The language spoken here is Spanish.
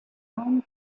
doom